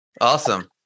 Awesome